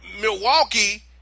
Milwaukee